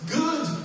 good